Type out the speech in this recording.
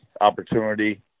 opportunity